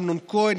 אמנון כהן,